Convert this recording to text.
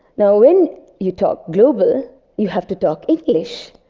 now, when you talk global you have to talk english.